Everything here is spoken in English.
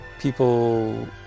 people